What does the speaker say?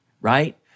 right